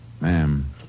Ma'am